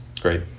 Great